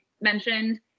mentioned